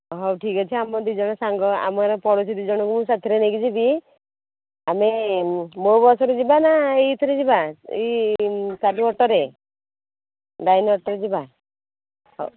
ହଉ ଠିକ୍ ଅଛି ଆମ ଦୁଇ ଜଣ ସାଙ୍ଗ ଆମର ପଡ଼ୋଶୀ ଦୁଇ ଜଣଙ୍କୁ ମୁଁ ସାଥିରେ ନେଇକି ଯିବି ଆମେ ମୋ ବସରେ ଯିବା ନା ଏହିଥିରେ ଯିବା ଏହି ଚାଲୁ ଅଟୋରେ ଲାଇନ ଅଟୋରେ ଯିବା ହଉ